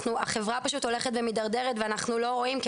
החברה פשוט הולכת ומידרדרת ואנחנו לא רואים כי